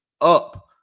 up